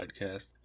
podcast